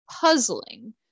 puzzling